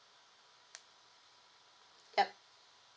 yup